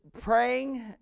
praying